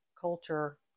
culture